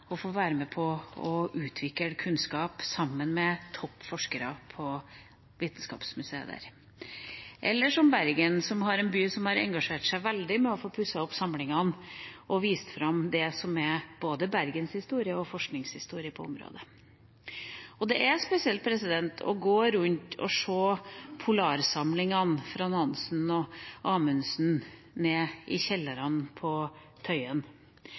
være med på å utvikle kunnskap sammen med topp forskere, eller Bergen, som er en by som har engasjert seg veldig i å få pusset opp samlingene og få vist fram det som er både Bergens historie og forskningshistorie på området. Det er spesielt å gå rundt og se på polarsamlingene fra Nansen og Amundsen nede i kjellerne på Tøyen.